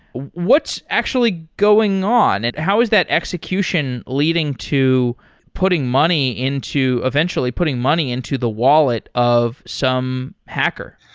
what's actually going on? and how is that execution leading to putting money into eventually putting money into the wallet of some hacker?